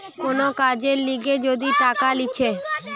কোন কাজের লিগে যদি টাকা লিছে